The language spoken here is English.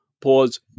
Pause